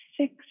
six